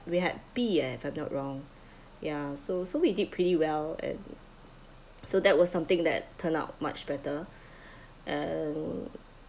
we had B eh if I'm not wrong ya so so we did pretty well and so that was something that turned out much better um